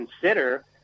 consider